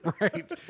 Right